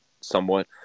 somewhat